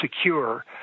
secure